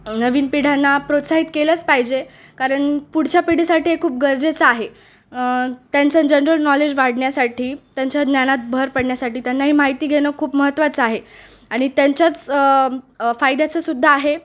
नवीन पिढ्यांना प्रोत्साहित केलंच पाहिजे कारण पुढच्या पिढीसाठी हे खूप गरजेचं आहे त्यांचं जनरल नॉलेज वाढण्यासाठी त्यांच्या ज्ञानात भर पडण्यासाठी त्यांना ही माहिती घेणं खूप महत्त्वाचं आहे आणि त्यांच्याच फायद्याचंसुद्धा आहे